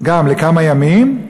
גם לכמה ימים,